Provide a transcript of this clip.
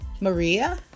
Maria